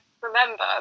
remember